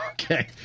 Okay